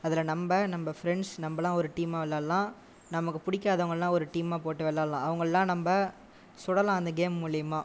அதில் நம்ப நம்ம ஃப்ரெண்ட்ஸ் நம்பெல்லாம் ஒரு டீமாக விளையாடலாம் நமக்கு பிடிக்காதவங்களல்லாம் ஒரு டீம் போட்டு விளையாடலாம் அவங்கெல்லாம் நம்ப சுடலாம் அந்த கேம் மூலிமா